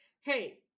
hey